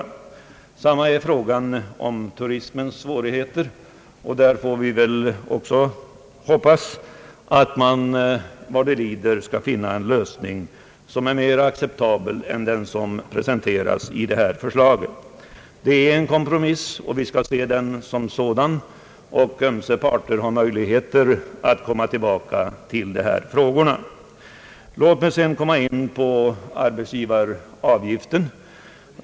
Detsamma gäller turismens svårigheter, och där får vi väl hoppas att man skall finna en lösning som är mera acceptabel än den som presenteras i förslaget. Det är en kompromiss och vi skall se den som en sådan. Båda parter har möjligheter att komma tillbaka till dessa frågor. Låt mig sedan komma in på frågan om arbetsgivaravgiften.